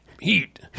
heat